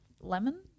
lemon